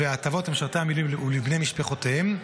וההטבות למשרתי המילואים ולבני משפחותיהם,